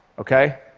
ok?